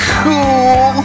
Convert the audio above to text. cool